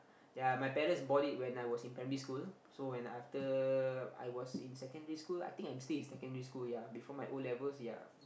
ya my parents bought it when I was in primary school so when after I was in secondary school I think I am still in secondary school ya before my O-levels ya